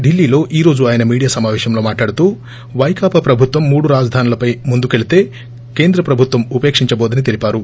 ఢిల్లీలో ఈ రోజు ఆయన మీడియా సమాపేశంలో మాట్లాడుతూ వైకాపా ప్రభుత్వం మూడు రాజధానులపై ముందుకెళ్తే కేంద్ర ప్రభుత్వం ఉపేక్షించబోదని తెలిపారు